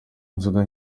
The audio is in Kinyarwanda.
inzoga